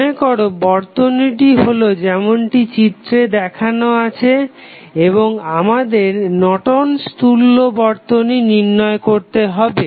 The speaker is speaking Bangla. মনে করো বর্তনীটি হল যেমনটি চিত্রে দেখানো আছে এবং আমাদের নর্টন'স তুল্য Nortons equivalent বর্তনী নির্ণয় করতে হবে